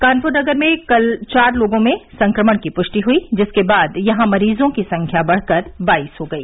कानपुर नगर में कल चार लोगों में संक्रमण की पूष्टि हई जिसके बाद यहां मरीजों की संख्या बढ़कर बाइस हो गई